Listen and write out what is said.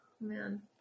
Man